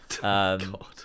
God